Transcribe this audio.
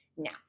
Now